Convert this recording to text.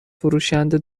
فروشنده